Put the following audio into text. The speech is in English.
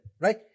right